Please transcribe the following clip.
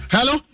Hello